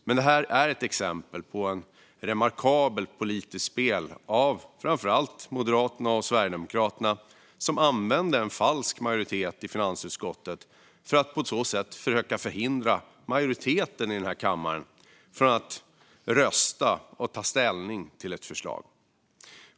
Men detta är ett exempel på ett remarkabelt politiskt spel av framför allt Moderaterna och Sverigedemokraterna, som använde en falsk majoritet i finansutskottet för att på så sätt försöka hindra majoriteten i denna kammare från att rösta och ta ställning till ett förslag.